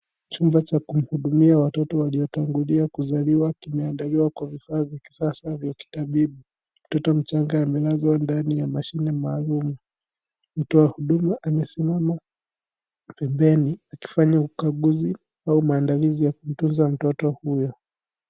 Chumba cha kuhudumia watoto waliotangulia kuzaliwa kimeandaliwa kwa vifaa vya kisasa vya kitabibu, mtoto mchanga amelazwa ndani ya mashine maalum, mtoa huduma amesimama pembeni akifanya ukaguzi au maandalizi ya kumtunza mtoto huyo.